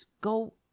go